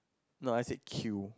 no I said queue